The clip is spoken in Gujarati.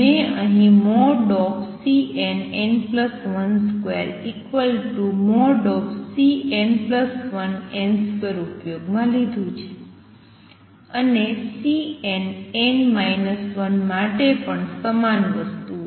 મે અહી Cnn12|Cn1n |2 ઉપયોગમાં લીધું છે અને Cnn 1 માટે પણ સમાન વસ્તુઓ